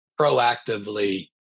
proactively